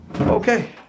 Okay